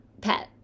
pet